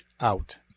out